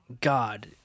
God